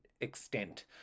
extent